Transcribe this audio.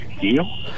deal